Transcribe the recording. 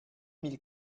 mille